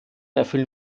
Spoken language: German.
erfüllen